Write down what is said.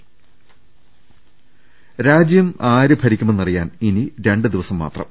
ൾ ൽ ൾ രാജ്യം ആരു ഭരിക്കുമെന്നറിയാൻ ഇനി രണ്ട് ദിവസം മാത്രം